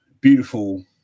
beautiful